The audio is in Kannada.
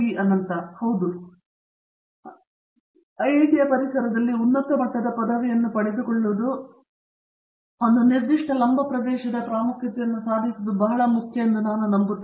ಅನಂತ ಸುಬ್ರಹ್ಮಣ್ಯನ್ ಹೌದು ಐಐಟಿಯ ಪರಿಸರದಲ್ಲಿ ಉನ್ನತ ಮಟ್ಟದ ಪದವಿಯನ್ನು ಪಡೆದುಕೊಳ್ಳುವುದು ಒಂದು ನಿರ್ದಿಷ್ಟ ಲಂಬ ಪ್ರದೇಶದ ಪ್ರಾಮುಖ್ಯತೆಯನ್ನು ಸಾಧಿಸುವುದು ಮುಖ್ಯ ಎಂದು ನಾನು ನಂಬುತ್ತೇನೆ